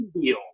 deal